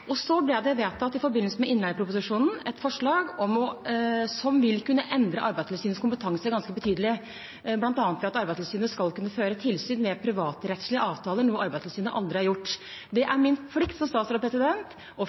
Så ble det i forbindelse med innleieproposisjonen vedtatt et forslag som vil kunne endre Arbeidstilsynets kompetanse ganske betydelig, bl.a. ved at Arbeidstilsynet skal kunne føre tilsyn med privatrettslige avtaler, noe Arbeidstilsynet aldri har gjort. Det er min plikt som statsråd å følge utredningsinstruksen og